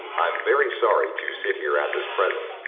i'm very sorry to sit heere at this present,